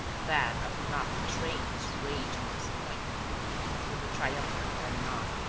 that of not betraying his rage and disappointment before the triumphant ganimard.